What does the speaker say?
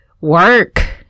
work